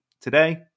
today